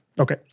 Okay